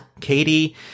Katie